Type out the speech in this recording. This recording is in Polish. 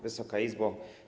Wysoka Izbo!